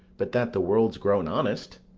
but that the world's grown honest.